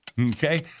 okay